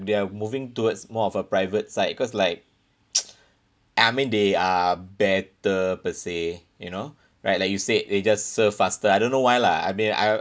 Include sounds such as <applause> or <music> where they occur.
they're moving towards more of a private side because like <noise> I mean they are better per se you know right like you said they just serve faster I don't know why lah I mean I